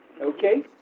Okay